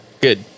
Good